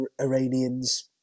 Iranians